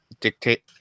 dictate